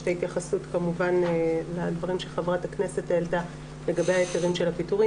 יש את ההתייחסות לדברים שחברת הכנסת העלתה לגבי ההיתרים של הפיטורים,